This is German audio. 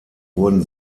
wurden